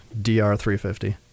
DR350